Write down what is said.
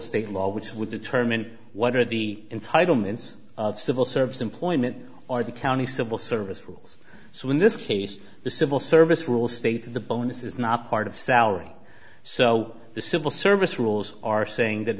state law which would determine what are the entitlements of civil service employment or the county civil service rules so in this case the civil service rules state that the bonus is not part of salary so the civil service rules are saying that